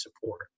support